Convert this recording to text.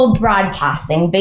broadcasting